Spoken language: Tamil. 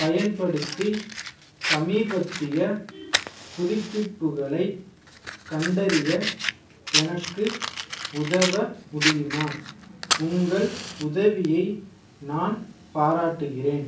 பயன்படுத்தி சமீபத்திய புதுப்பிப்புகளைக் கண்டறிய எனக்கு உதவ முடியுமா உங்கள் உதவியை நான் பாராட்டுகிறேன்